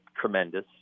tremendous